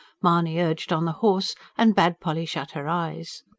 mahony urged on the horse and bade polly shut her eyes.